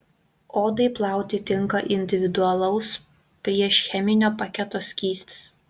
odai plauti tinka individualaus priešcheminio paketo skystis